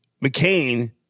mccain